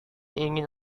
ingin